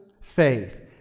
faith